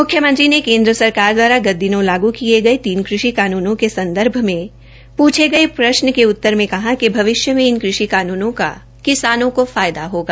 मुख्यमंत्री ने केन्द्र सरकार द्वारा गत दिनों लागू किये गये तीन कृषि कानूनों के संदर्भ में पूछे गये एक प्रश्न के उत्तर में कहा कि भविष्य में इन कृषि कानूनों का किसानों को लाभ होगा